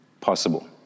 possible